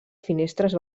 finestres